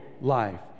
life